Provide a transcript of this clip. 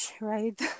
right